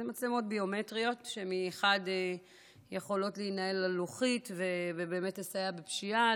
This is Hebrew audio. זה מצלמות ביומטריות שמחד יכולות להינעל על לוחית ובאמת לסייע בפשיעה,